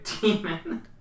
demon